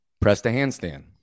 Press-to-handstand